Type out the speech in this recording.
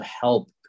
help